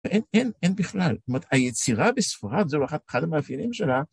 אין בכלל, זאת אומרת היצירה בספרד זו אחד המאפיינים שלה.